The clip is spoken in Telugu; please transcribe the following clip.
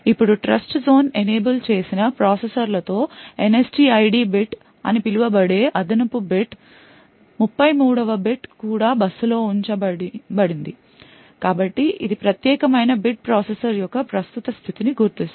ఇప్పుడు ట్రస్ట్జోన్ ఎనేబుల్ చేసిన ప్రాసెసర్ల తో NSTID బిట్ అని పిలువబడే అదనపు బిట్ 33వ బిట్ కూడా బస్సులో ఉంచబడింది కాబట్టి ఇది ప్రత్యేకమైన బిట్ ప్రాసెసర్ యొక్క ప్రస్తుత స్థితిని గుర్తిస్తుంది